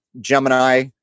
Gemini